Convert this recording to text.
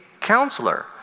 counselor